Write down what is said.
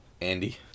Andy